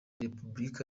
repubulika